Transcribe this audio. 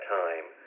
time